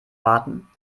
warten